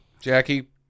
Jackie